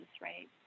right